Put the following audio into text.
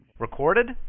Recorded